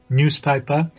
newspaper